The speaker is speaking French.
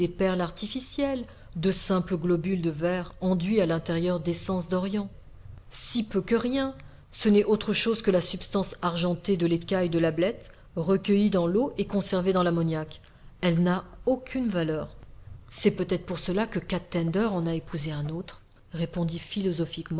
perles artificielles de simples globules de verre enduits à l'intérieur d'essence d'orient si peu que rien ce n'est autre chose que la substance argentée de l'écaille de l'ablette recueillie dans l'eau et conservée dans l'ammoniaque elle n'a aucune valeur c'est peut-être pour cela que kat tender en a épousé un autre répondit